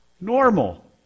normal